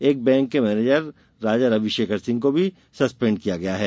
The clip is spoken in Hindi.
एक बैंक के मैनेजर राजा रवि शेखर सिंह को भी सस्पेंड किया है